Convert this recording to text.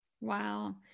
Wow